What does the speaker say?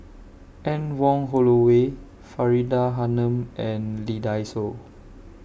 Anne Wong Holloway Faridah Hanum and Lee Dai Soh